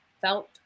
felt